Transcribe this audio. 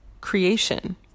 creation